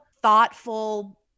thoughtful